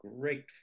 great